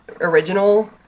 original